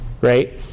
Right